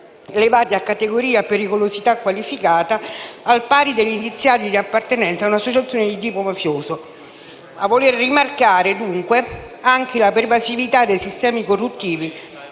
elevati a categoria a pericolosità qualificata, al pari degli indiziati di appartenenza a un'associazione di tipo mafioso. A voler rimarcare, dunque, anche la pervasività dei sistemi corruttivi,